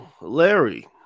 Larry